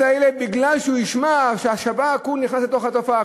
האלה שהוא ישמע שהשב"כ נכנס לתוך התופעה.